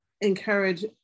encourage